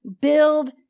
build